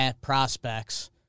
prospects